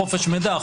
חופש מידע,